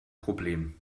problem